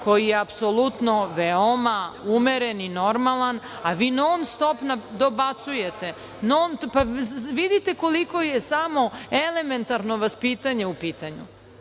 koji je apsolutno veoma umeren i normalan, a vi non-stop dobacujete. Vidite koliko je samo elementarno vaspitanje u pitanju?